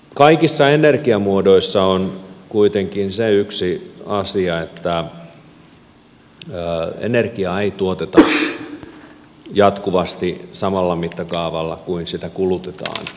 kaikissa energiamuodoissa on kuitenkin se yksi asia että energiaa ei tuoteta jatkuvasti samalla mittakaavalla kuin sitä kulutetaan